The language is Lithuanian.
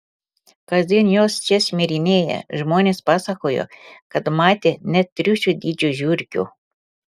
kasdien jos čia šmirinėja žmonės pasakojo kad matę net triušio dydžio žiurkių